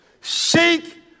Seek